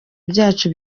byacu